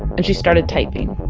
and she started typing